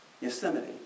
Yosemite